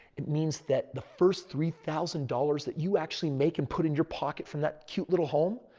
it means that the first three thousand dollars that you actually make and put in your pocket from that cute little home,